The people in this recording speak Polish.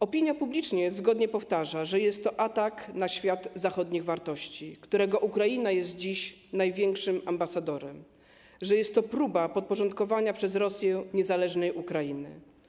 Opinia publiczna zgodnie powtarza, że jest to atak na świat zachodnich wartości, którego Ukraina jest dziś największym ambasadorem, że jest to próba podporządkowania przez Rosję niezależnej Ukrainy.